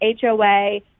HOA